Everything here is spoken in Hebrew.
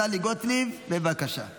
אני לא רוצה לקרוא לכם.